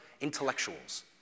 intellectuals